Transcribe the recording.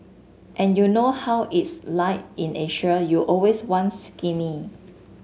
and you know how it's like in Asia you always want skinny